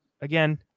again